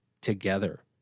together